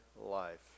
life